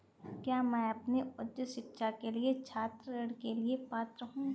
क्या मैं अपनी उच्च शिक्षा के लिए छात्र ऋण के लिए पात्र हूँ?